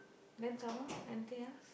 then some more anything else